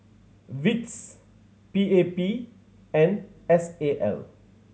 wits P A P and S A L